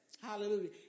Hallelujah